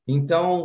Então